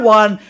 one